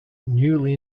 newly